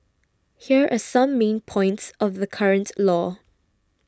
here are some main points of the current law